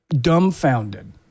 dumbfounded